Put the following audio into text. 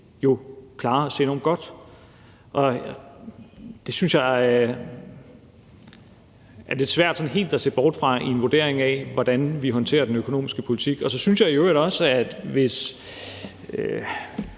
jo klarer os enormt godt. Det synes jeg er lidt svært sådan helt at se bort fra i en vurdering af, hvordan vi håndterer den økonomiske politik. Så vil jeg i øvrigt også sige: Hvis